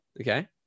Okay